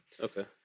Okay